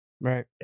right